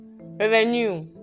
revenue